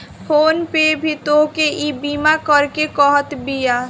phone पे भी तोहके ईबीमा करेके कहत बिया